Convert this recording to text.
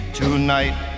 tonight